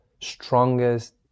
strongest